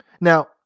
Now